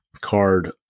card